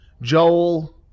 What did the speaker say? Joel